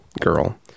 girl